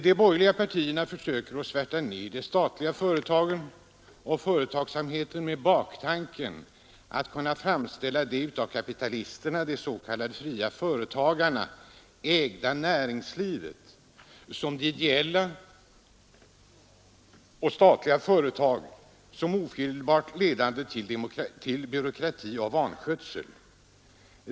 De borgerliga partierna försöker svärta ner de statliga företagen och statlig företagsamhet med baktanken att framställa det av kapitalisterna — de s.k. fria företagarna — ägda näringslivet som det ideala och statliga företag som ofelbart ledande till byråkrati och vanskötsel.